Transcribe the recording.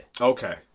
Okay